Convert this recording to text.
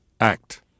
act